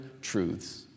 truths